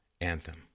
Anthem